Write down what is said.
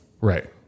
Right